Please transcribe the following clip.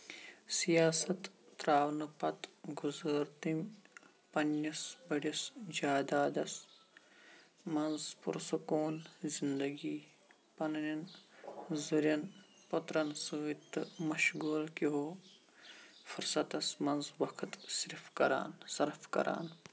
سیاست تر٘اونہٕ پتہٕ گُزٲر تٔمۍ پننِس بٔڈِس جادادس منٛز پُرسکوٗن زِنٛدگی پنٕنٮ۪ن ذُرٮ۪ن پٔترین سٕتۍ تہٕ مشغول كِہو فٗرستس منز وقت صِرف كران صرف کران